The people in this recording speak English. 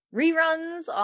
reruns